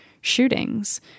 shootings